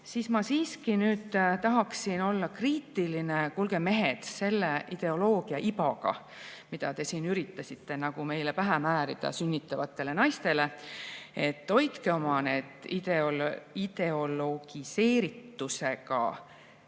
nüüd ma siiski tahaksin olla kriitiline. Kuulge mehed! See ideoloogiaiba, mida te siin üritasite meile pähe määrida, sünnitavatele naistele – hoidke oma ideologiseeritusega